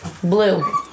Blue